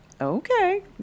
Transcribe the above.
Okay